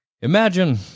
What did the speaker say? imagine